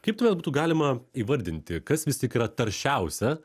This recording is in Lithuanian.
kaip tuomet būtų galima įvardinti kas vis tik yra taršiausia